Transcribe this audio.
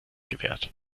gewährt